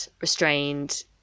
restrained